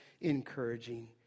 encouraging